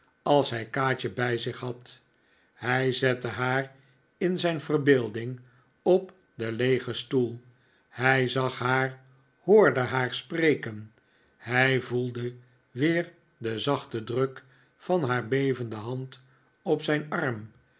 als hij kaatje bij zich had hij zette haar in zijn verbeelding op den leegen stoel hij zag haar hoorde haar spreken hij voelde weer den zachten druk van haar bevende hand op zijn arm